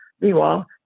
Meanwhile